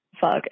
fuck